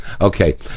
Okay